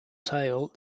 tail